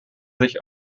sich